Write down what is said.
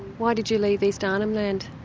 why did you leave east arnhem land?